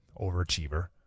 overachiever